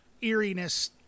eeriness